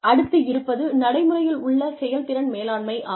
அடுத்து இருப்பது நடைமுறையில் உள்ள செயல்திறன் மேலாண்மை ஆகும்